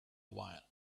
while